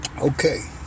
Okay